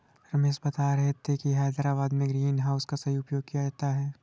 रमेश बता रहे थे कि हैदराबाद में ग्रीन हाउस का सही उपयोग किया जाता है